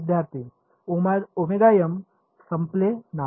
विद्यार्थी संपले नाही